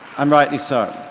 um rightly so.